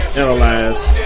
analyzed